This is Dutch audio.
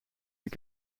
heb